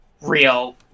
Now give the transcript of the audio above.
real